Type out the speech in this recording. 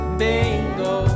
bingo